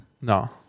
No